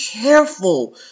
careful